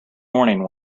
morning